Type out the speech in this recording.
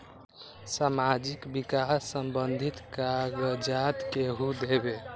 समाजीक विकास संबंधित कागज़ात केहु देबे?